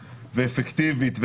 אפקטיבית,